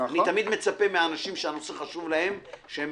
אני תמיד מצפה מאנשים שהנושא חשוב להם, שהם